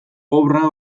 obra